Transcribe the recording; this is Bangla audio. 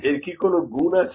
এর কোন কি গুন আছে